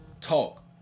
talk